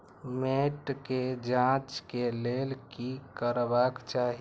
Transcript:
मैट के जांच के लेल कि करबाक चाही?